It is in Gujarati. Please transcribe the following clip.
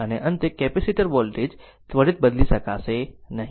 અને અંતે કેપેસીટર વોલ્ટેજ ત્વરિત બદલી શકશે નહીં